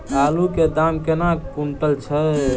आलु केँ दाम केना कुनटल छैय?